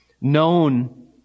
known